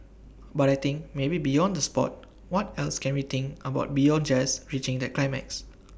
but I think maybe beyond the Sport what else can we think about beyond just reaching that climax